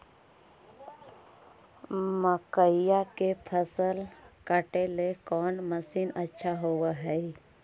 मकइया के फसल काटेला कौन मशीन अच्छा होव हई?